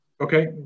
Okay